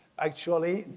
actually,